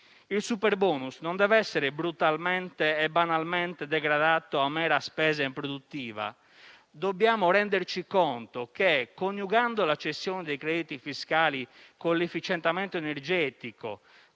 il superbonus non deve essere brutalmente e banalmente degradato a mera spesa improduttiva, dobbiamo renderci conto che coniugando la cessione dei crediti fiscali con l'efficientamento energetico,